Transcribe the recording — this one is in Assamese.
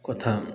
কথা